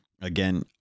Again